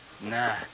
Nah